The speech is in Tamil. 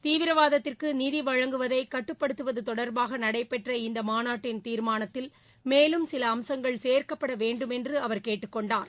தீவிரவாதத்திற்கு நிதி வழங்குவதை கட்டுப்படுத்துவது தொடர்பாக நடைபெற்ற இந்த மாநாட்டின் தீர்மானத்தில் மேலும் சில அம்சங்கள் சேர்க்கப்பட வேண்டும் என்று அவர் கேட்டுக் கொண்டார்